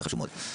וזה חשוב מאוד.